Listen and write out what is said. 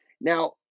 Now